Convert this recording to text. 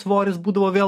svoris būdavo vėl